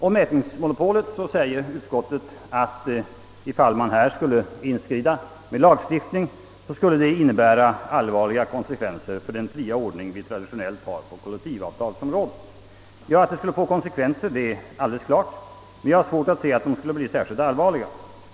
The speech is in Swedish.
Om mätningsmonopolet säger utskottet, att om man skulle inskrida med lagstiftning skulle det »innebära allvarliga konsekvenser för den fria ordning vi traditionellt har på kollektivavtalsområdet». Ja, att det skulle få konsekvenser är alldeles klart, men jag har svårt att inse att de skulle bli särskilt allvarliga.